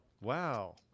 Wow